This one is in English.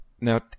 Now